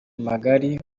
magari